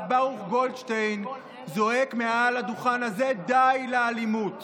ברוך גולדשטיין זועק מעל הדוכן הזה: די לאלימות.